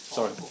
Sorry